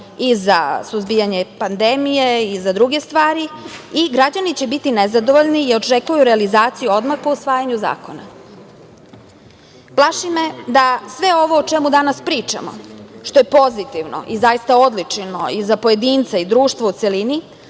i za suzbijanje pandemije i za druge stvari i građani će biti nezadovoljni i očekuju realizaciju odmah po usvajanju zakona. Plaši me da sve ovo o čemu danas pričamo, što je pozitivno i zaista odlično i za pojedinca i društvo u celini,